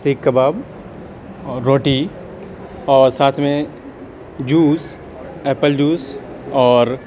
سیک کباب اور روٹی اور ساتھ میں جوس ایپل جوس اور